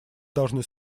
должны